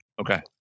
Okay